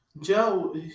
Joe